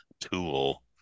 tool